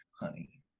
honey